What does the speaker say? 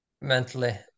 mentally